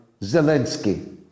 Zelensky